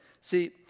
See